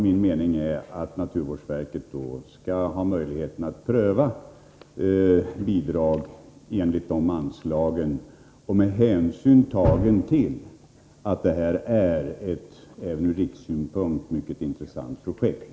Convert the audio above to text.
Min mening är att naturvårdsverket då skall ha möjligheten att pröva bidrag enligt dessa anslag, med hänsyn tagen till att det här är ett även ur rikssynpunkt mycket intressant projekt.